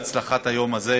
שעזרו היום בהצלחת היום הזה,